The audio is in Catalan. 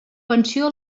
pensió